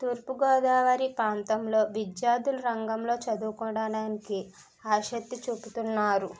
తూర్పు గోదావరి ప్రాంతంలో విద్యార్థుల రంగంలో చదువుకోవడానికి ఆసక్తి చూపుతున్నారు